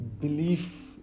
belief